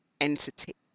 entity